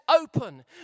open